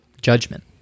judgment